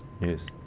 News